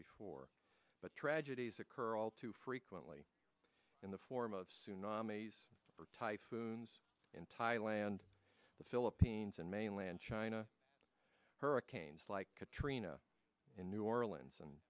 before but tragedies occur all too frequently in the form of tsunamis or typhoons in thailand the philippines and mainland china hurricanes like katrina in new orleans and